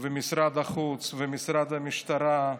משרד החוץ, משרד המשטרה,